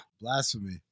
blasphemy